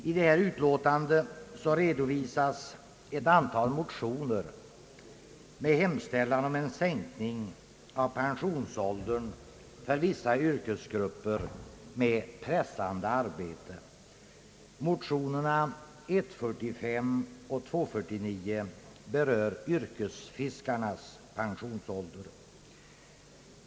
I detta utlåtande redovisas ett antal motioner med hemställan om en sänkning av pensionsåldern för vissa yrkesgrupper med pressande arbete. Motionerna I:45 och II:49 berör yrkesfiskarnas pensionsålder.